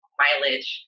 mileage